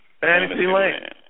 Fantasyland